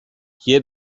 here